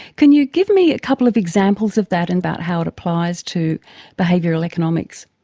can you give me a couple of examples of that and about how it applies to behavioural economics?